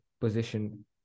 position